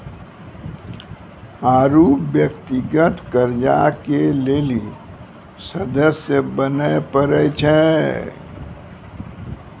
आरु व्यक्तिगत कर्जा के लेली सदस्य बने परै छै